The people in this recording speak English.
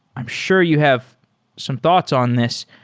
i'm sure you have some thoughts on this.